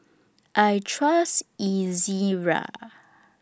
I Trust Ezerra